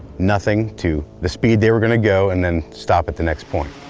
nothing to the speed they were going to go and then stop at the next point.